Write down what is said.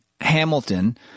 Hamilton